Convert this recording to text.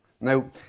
Now